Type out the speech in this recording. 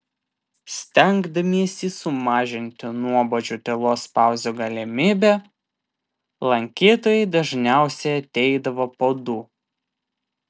stengdamiesi sumažinti nuobodžių tylos pauzių galimybę lankytojai dažniausiai ateidavo po du